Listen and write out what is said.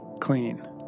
Clean